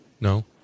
no